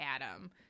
Adam